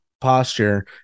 posture